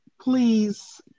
please